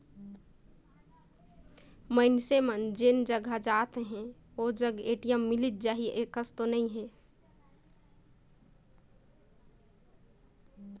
मइनसे हर जेन जघा जात अहे ओ जघा में ए.टी.एम मिलिच जाही अइसन तो नइ हे